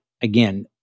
again